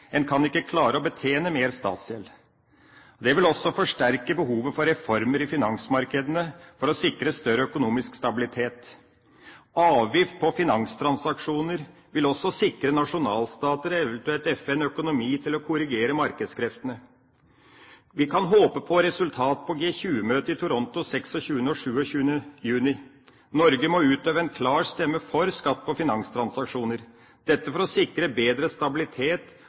En kan ikke klare å betjene mer statsgjeld. Det vil også forsterke behovet for reformer i finansmarkedene for å sikre større økonomisk stabilitet. Avgift på finanstransaksjoner vil også sikre nasjonalstater, eventuelt FN, økonomi til å korrigere markedskreftene. Vi kan håpe på resultater på G20-møtet i Toronto 26. og 27. juni. Norge må utøve en klar stemme for skatt på finanstransaksjoner – dette for å sikre bedre stabilitet